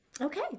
Okay